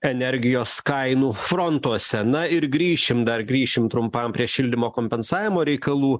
energijos kainų frontuose na ir grįšim dar grįšim trumpam prie šildymo kompensavimo reikalų